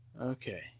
Okay